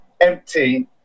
empty